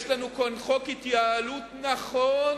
יש לנו כאן חוק התייעלות נכון